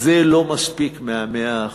וזה לא מספיק, מה-100%.